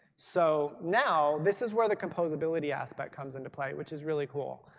so now this is where the composability aspect comes into play which is really cool.